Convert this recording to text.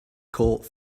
caught